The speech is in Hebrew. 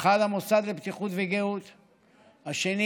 האחד הוא המוסד לבטיחות וגהות והשני,